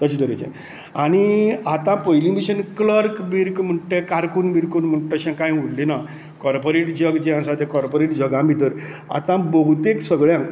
तशे तरेचे आनी हें आता पयलीं भशेन क्लर्क बीर्क म्हणटा ते कारकून बिरकून म्हणटा तशें कांय उरलें ना काॅर्पोरेट जग जे आसा ते काॅर्पोरेट जगान भितर आतां बहुतेक सगळ्यांक